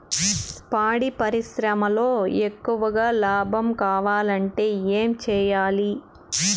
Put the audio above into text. పాడి పరిశ్రమలో ఎక్కువగా లాభం కావాలంటే ఏం చేయాలి?